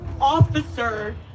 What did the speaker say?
officer